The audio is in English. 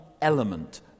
element